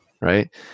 Right